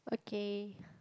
okay